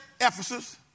Ephesus